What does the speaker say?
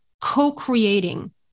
co-creating